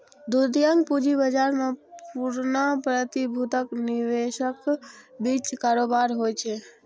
द्वितीयक पूंजी बाजार मे पुरना प्रतिभूतिक निवेशकक बीच कारोबार होइ छै